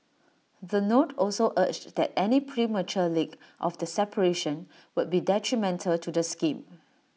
the note also urged that any premature leak of the separation would be detrimental to the scheme